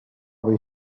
või